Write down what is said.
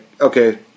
okay